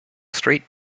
street